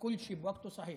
"כול שי פי וקתהו, צחיח".